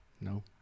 No